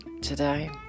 today